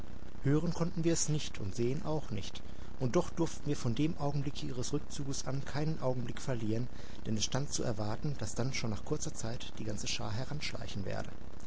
hören konnten wir es nicht und sehen auch nicht und doch durften wir von dem augenblicke ihres rückzuges an keinen augenblick verlieren denn es stand zu erwarten daß dann schon nach kurzer zeit die ganze schar heranschleichen werde